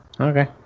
okay